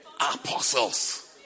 Apostles